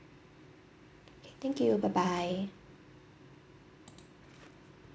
okay thank you bye bye